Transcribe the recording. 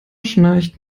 schnarcht